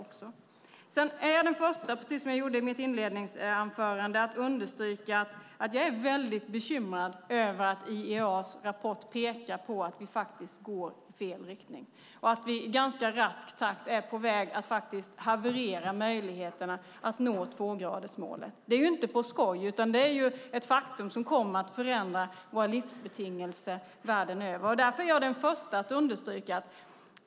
Jag är den första att understryka, precis som jag gjorde i mitt inledningsanförande, att jag är väldigt bekymrad över att IEA:s rapport pekar på att vi går i fel riktning. Vi är i ganska rask takt på väg att haverera möjligheterna att nå tvågradersmålet. Det är inte på skoj utan ett faktum som kommer att förändra våra livsbetingelser världen över.